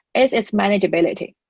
is it's manageability.